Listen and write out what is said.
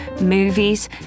movies